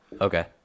Okay